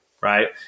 right